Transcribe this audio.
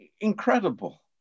incredible